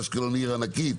אשקלון היא עיר ענקית,